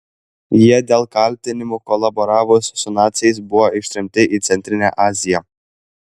jie dėl kaltinimų kolaboravus su naciais buvo ištremti į centrinę aziją